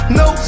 no